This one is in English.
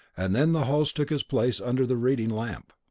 and then the host took his place under the reading lamp.